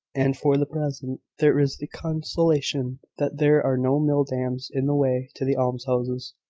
and, for the present, there is the consolation that there are no mill-dams in the way to the almshouses,